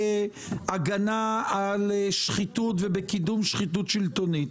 בהגנה על שחיתות ובקידום שחיתות שלטונית.